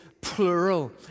plural